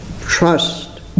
trust